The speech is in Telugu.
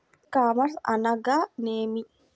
ఈ కామర్స్ అనగానేమి?